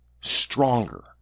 stronger